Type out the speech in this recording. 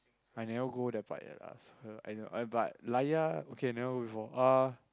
I never go that part yet lah so I don't know uh but Layar okay I never go before uh